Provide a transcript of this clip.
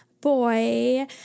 boy